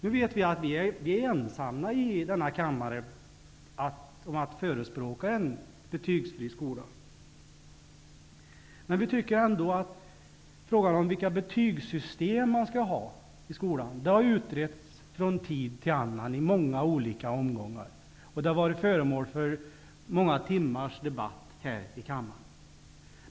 Nu vet vi att vi är ensamma i denna kammare om att förespråka en betygsfri skola. Frågan om vilka betygssystem man skall ha i skolan har utretts från tid till annan, i många olika omgångar, och har varit föremål för många timmars arbete här i kammaren.